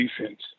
defense